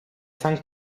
san